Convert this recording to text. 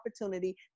opportunity